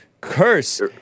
curse